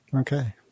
Okay